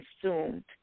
consumed